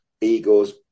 Eagles